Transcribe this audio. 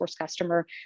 customer